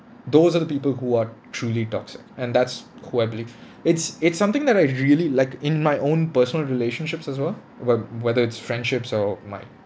those are the people who are truly toxic and that's who I believe it's it's something that I really like in my own personal relationships as well whe~ whether it's friendships or my